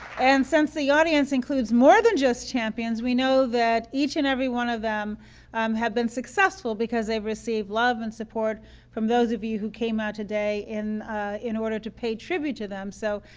and since the audience includes more than just champions, we know that each and every one of them um have bene successful because they've received love and support from those of you who came out today in in order to pay tribute to them. so,